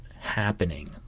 happening